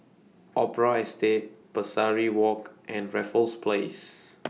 Opera Estate Pesari Walk and Raffles Place